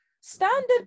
Standard